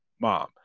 mom